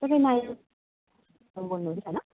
तपाईँ बोल्नु हुँदैछ होइन